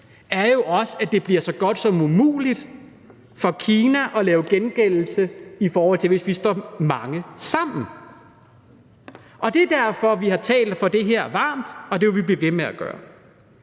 er, at det bliver så godt som umuligt for Kina at gøre gengældelse, hvis vi står mange sammen. Og det er derfor, vi har talt varmt for det her, og det vil vi blive ved med at gøre.